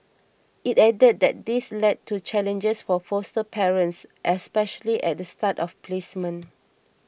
he added that this led to challenges for foster parents especially at the start of placement